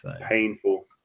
Painful